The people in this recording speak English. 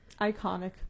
Iconic